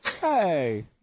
Hey